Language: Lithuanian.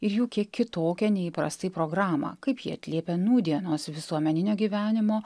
ir jų kiek kitokią neįprastai programą kaip jie atliepia nūdienos visuomeninio gyvenimo